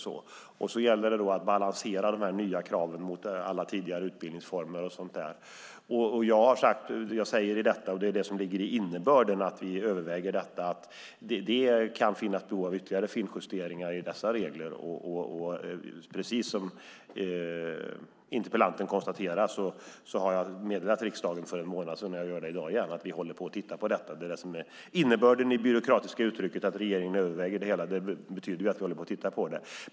Sedan gäller det att balansera de nya kraven mot alla tidigare utbildningsformer. Jag har tidigare sagt, och jag säger nu - det ligger i innebörden - att vi överväger detta. Det kan finnas behov av ytterligare finjusteringar i dessa regler. Precis som interpellanten konstaterar har jag för en månad sedan meddelat riksdagen, och jag gör det i dag igen, att vi håller på att titta på detta. Det är det som är innebörden i det byråkratiska uttrycket att regeringen överväger detta.